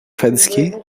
fatigué